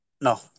No